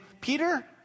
Peter